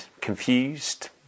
confused